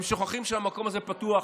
הם שוכחים שהמקום הזה פתוח,